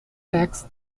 tax